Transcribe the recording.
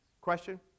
Question